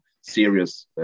serious